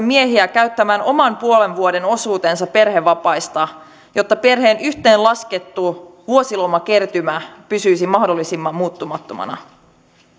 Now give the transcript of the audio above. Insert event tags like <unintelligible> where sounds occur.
<unintelligible> miehiä käyttämään oman puolen vuoden osuutensa perhevapaista jotta perheen yhteenlaskettu vuosilomakertymä pysyisi mahdollisimman muuttumattomana